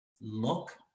look